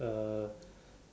uh